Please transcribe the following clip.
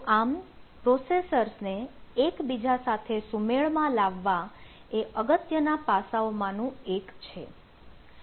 તો આમ પ્રોસેસર્સને એકબીજા સાથે સુમેળમાં લાવવા એ અગત્યના પાસાઓમાં નું એક છે